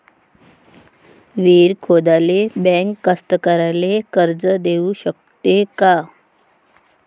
विहीर खोदाले बँक कास्तकाराइले कर्ज देऊ शकते का?